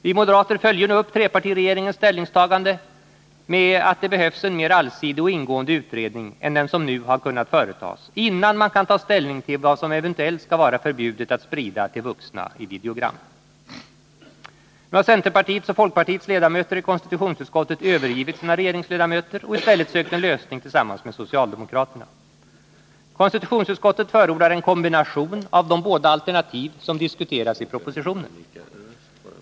Vi moderater följer nu upp trepartiregeringens ställningstagande att det behövs en mer allsidig och ingående utredning än den som nu har kunnat företas, innan man kan ta ställning till vad som eventuellt skall vara förbjudet att sprida till vuxna i videogram. Nu har centerpartiets och folkpartiets ledamöter i konstitutionsutskottet övergivit sina regeringsledamöter och i stället sökt en lösning tillsammans med socialdemokraterna. Konstitutionsutskottet förordar en kombination av de båda alternativ som diskuteras i propositionen.